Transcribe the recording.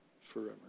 forever